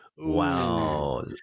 Wow